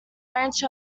ranch